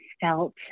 felt